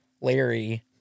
Larry